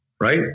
Right